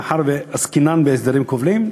מאחר שעסקינן בהסדרים כובלים,